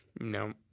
No